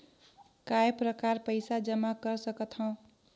काय प्रकार पईसा जमा कर सकथव?